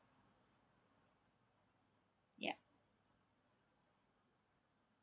ya